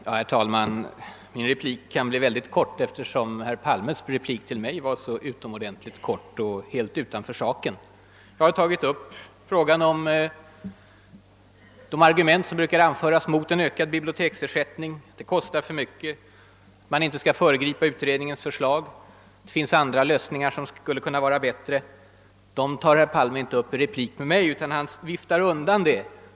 Herr talman! Min replik kan bli mycket kort, eftersom herr Palmes replik till mig låg helt utanför sakfrågan. Jag har tagit upp och bemött de argument som brukar anföras mot en ökad biblioteksersättning: det kostar för mycket, man skall inte föregripa utredningens förslag, det finns andra lösningar som skulle kunna vara bättre. Men mina synpunkter tar herr Palme inte upp i sin replik till mig. Han viftar undan frågan.